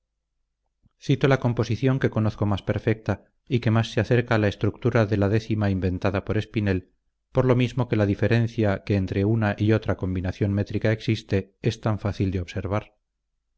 maldonado cito la composición que conozco más perfecta y que más se acerca a la estructura de la décima inventada por espinel por lo mismo que la diferencia que entre una y otra combinación métrica existe es tan fácil de observar